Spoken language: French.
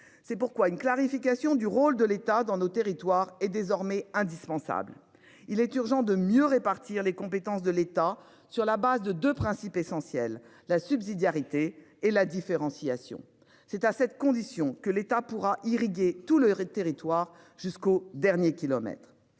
C'est pourquoi une clarification du rôle de l'État dans nos territoires est désormais indispensable. Il est urgent de mieux répartir les compétences de l'État sur la base de deux principes essentiels, la subsidiarité et la différenciation. C'est à cette condition que l'État pourra irriguer tout le raid territoire jusqu'au dernier kilomètre